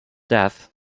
death